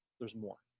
there's more.